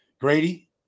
Grady